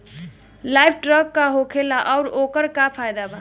Light trap का होखेला आउर ओकर का फाइदा बा?